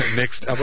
next